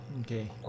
Okay